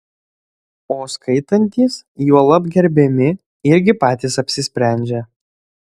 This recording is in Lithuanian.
o skaitantys juolab gerbiami irgi patys apsisprendžia